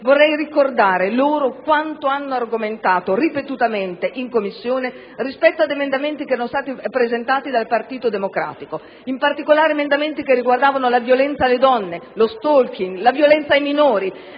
vorrei ricordare quanto hanno argomentato ripetutamente in Commissione, rispetto ad emendamenti che erano stati presentati dal Partito Democratico, in particolare emendamenti che riguardavano la violenza alle donne, lo *stalking*, la violenza ai minori,